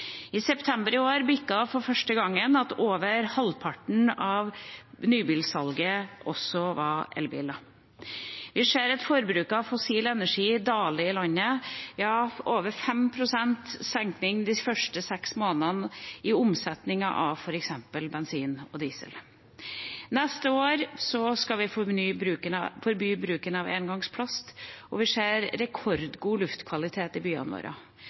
I september i år bikket for første gang over halvparten av nybilsalget over til elbiler. Vi ser at forbruket av fossil energi daler i landet – ja, over 5 pst. nedgang i omsetningen av f.eks. bensin og diesel de første seks månedene i år. Neste år skal vi forby bruk av engangsplast, og vi ser rekordgod luftkvalitet i byene våre.